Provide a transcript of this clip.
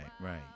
right